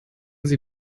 sie